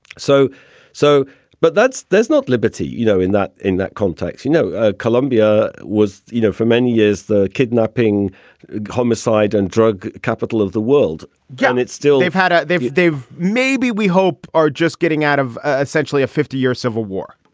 so so but that's there's not liberty. you know in that in that context you know ah colombia was you know for many years the kidnapping homicide and drug capital of the world gun it's still they've had they've they've maybe we hope are just getting out of essentially a fifty year civil war.